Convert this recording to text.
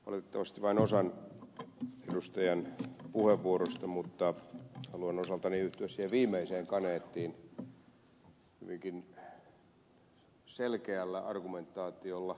kuuntelin valitettavasti vain osan edustajan puheenvuorosta mutta haluan osaltani yhtyä siihen viimeiseen kaneettiin hyvinkin selkeällä argumentaatiolla